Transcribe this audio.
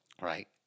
Right